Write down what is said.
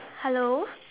hello